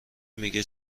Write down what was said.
میگه